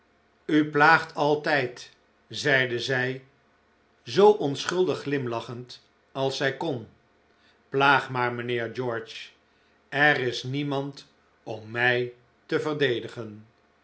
u plaagt altijd zeide zij zoo onschuldig glimlachend als zij kon plaag maar mijnheer george er is niemand om mij te verdedigen